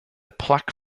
plaque